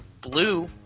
blue